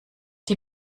die